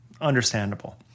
Understandable